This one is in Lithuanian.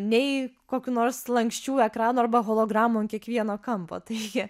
nei kokių nors lanksčių ekranų arba hologramų ant kiekvieno kampo taigi